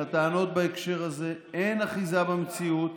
לטענות בהקשר הזה אין אחיזה במציאות.